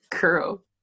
girl